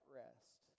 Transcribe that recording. rest